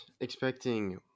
expecting